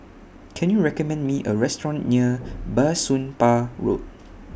Can YOU recommend Me A Restaurant near Bah Soon Pah Road